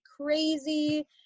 crazy